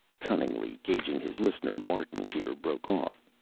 cunningly gauging his listener, martin here broke off.